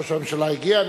ראש הממשלה הגיע.